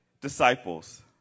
disciples